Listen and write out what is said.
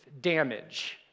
Damage